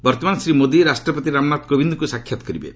ବର୍ତ୍ତମାନ ଶ୍ରୀ ମୋଦି ରାଷ୍ଟ୍ରପତି ରାମନାଥ କୋବିନ୍ଦଙ୍କୁ ସାକ୍ଷାତ କରିବେ